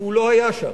הוא לא היה שם.